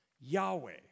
Yahweh